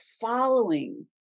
following